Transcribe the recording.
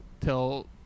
till